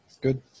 Good